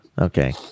okay